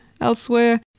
elsewhere